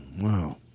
Wow